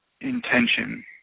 intention